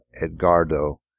Edgardo